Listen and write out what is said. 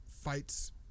fights